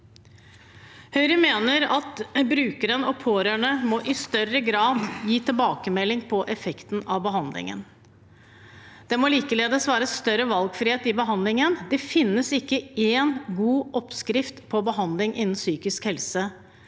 Høyre mener at brukeren og pårørende i større grad må gi tilbakemelding på effekten av behandlingen. Det må likeledes være større valgfrihet i behandlingen. Det finnes ikke én god oppskrift på behandling innen psykisk helse.